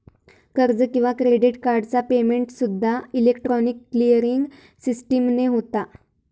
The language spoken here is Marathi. कर्ज किंवा क्रेडिट कार्डचा पेमेंटसूद्दा इलेक्ट्रॉनिक क्लिअरिंग सिस्टीमने होता